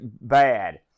bad